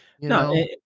No